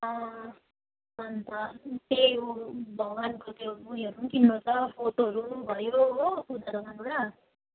अन्त भगवान्को त्यो ऊ योहरू पनि किन्नु छ फोटोहरू भयो हो